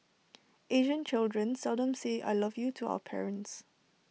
Asian children seldom say I love you to our parents